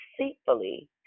deceitfully